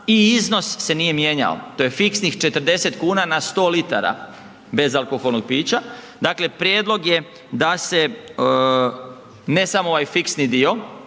i iznos se nije mijenjao, to je fiksnih 40 kuna na 100 litara bezalkoholnog pića. Dakle prijedlog je da se ne samo ovaj fiksni dio,